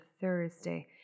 Thursday